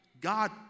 God